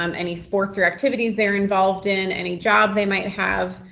um any sports or activities they're involved in, any job they might have,